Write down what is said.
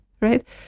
right